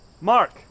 Mark